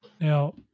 Now